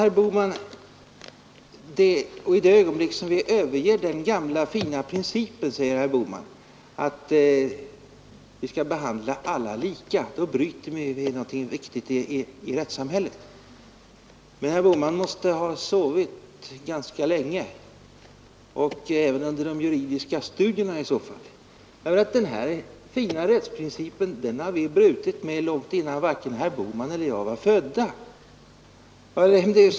Herr Bohman säger att i det ögonblick vi överger den gamla fina ten principen att vi skall behandla alla lika, då bryter vi med någonting väsentligt i rättssamhället. Men herr Bohman måste ha sovit ganska länge — och i så fall även under de juridiska studierna. Den här fina rättsprincipen den har vi brutit med långt innan herr Bohman och jag var födda.